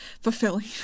fulfilling